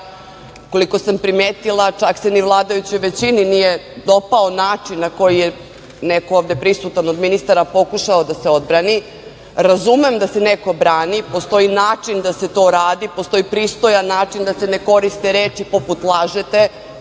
sam primetila, čak se ni vladajućoj većini nije dopao način na koji je neko ovde prisutan od ministara pokušao da se odbrani. Razumem da se neko brani. Postoji način da se to radi. Postoji pristojan način da se ne koriste reči poput – lažete,